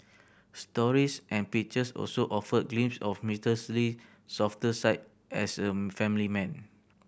stories and pictures also offered glimpses of Mister Lee softer side as a family man